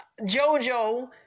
Jojo